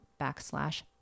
backslash